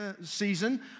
season